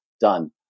Done